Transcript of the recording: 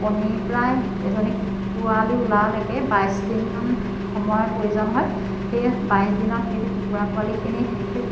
কণী প্ৰায় এজনী কুকুৰা পোৱালি ওলোৱালৈকে বাইছ দিনমান সময় প্ৰয়োজন হয় সেই বাইছ দিনত সিহঁতি কুকুৰা পোৱালিখিনি